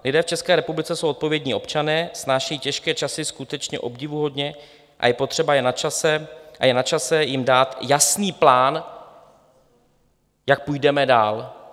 Lidé v České republice jsou odpovědní občané, snáší těžké časy skutečně obdivuhodně a je potřeba, je načase jim dát jasný plán, jak půjdeme dál.